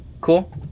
Cool